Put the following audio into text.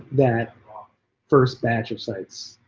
that first batch of sites?